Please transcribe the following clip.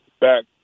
back